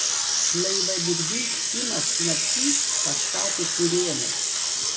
laivadirbys simas knapkys pastatė kurėną